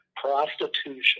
Prostitution